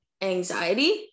anxiety